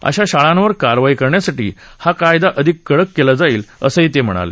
अशा शाळांवर कारवाई करण्यासाठी हा कायदा अधिक कडक केला जाईल असं ते म्हणाले